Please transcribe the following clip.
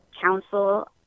Council